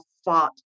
Fought